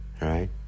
right